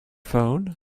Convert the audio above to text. phone